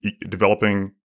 developing